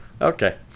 Okay